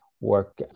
work